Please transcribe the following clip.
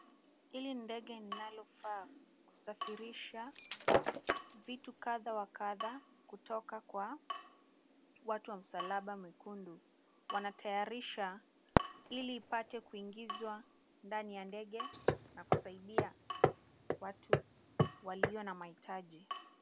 Hili ni ndege inalofaa kusafirisha vitu kadha wa kadha kutoka Kwa watu wa msalaba mwekundu. Wanatayarisha ili ipate kuingizwa ndani ya ndege na kusaidia watu walio na mahitaji.